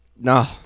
No